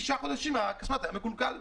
בתשעה חודשים הכספומט היה מקולקל,